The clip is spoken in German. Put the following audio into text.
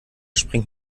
springt